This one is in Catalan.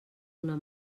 una